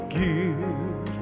give